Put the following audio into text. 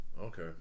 Okay